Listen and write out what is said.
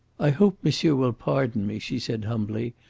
i hope monsieur will pardon me, she said humbly.